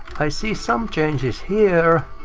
i see some changes here!